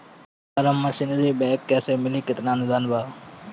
Form machinery bank कैसे मिली कितना अनुदान बा?